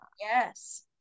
Yes